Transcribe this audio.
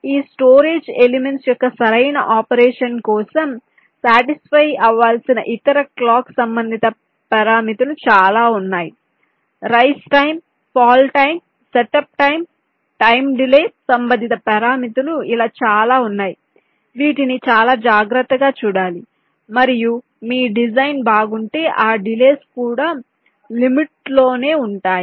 ఈ storage elements యొక్క సరైన ఆపరేషన్ కోసం సాటిసిఫై అవ్వాల్సిన ఇతర క్లాక్ సంబంధిత పారామితులు చాలా ఉన్నాయి rise time fall time setup time time delay సంబంధిత పారామితులు ఇలా చాలా ఉన్నాయి వీటిని చాలా జాగ్రత్తగా చూడాలి మరియు మీ డిజైన్ బాగుంటే ఆ డిలేస్ కూడా లిమిట్స్లో నే ఉంటాయి